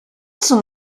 zum